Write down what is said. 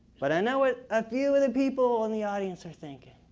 but i know what a few of the people in the audience are thinking,